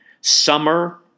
summer